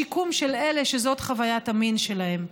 שיקום של אלה שזאת חוויית המין שלהם.